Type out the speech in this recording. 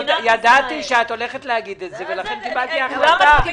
ידעתי שאת הולכת להגיד את זה ולכן קיבלתי החלטה.